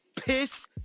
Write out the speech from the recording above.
piss